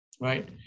right